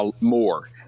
more